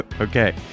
Okay